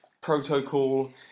protocol